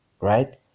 right